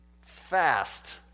fast